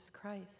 Christ